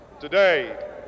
today